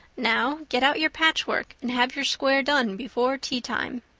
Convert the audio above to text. now, get out your patchwork and have your square done before teatime.